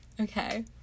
Okay